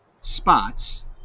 spots